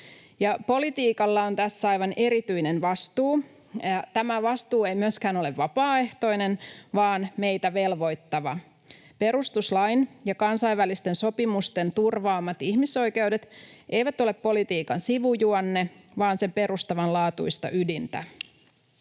politiikalla on tässä aivan erityinen vastuu. Tämä vastuu ei myöskään ole vapaaehtoinen vaan meitä velvoittava. Perustuslain ja kansainvälisten sopimusten turvaamat ihmisoikeudet eivät ole politiikan sivujuonne vaan sen perustavanlaatuista ydintä.